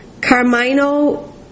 Carmino